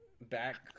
back